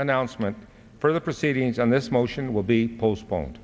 announcement for the proceedings on this motion will be postpone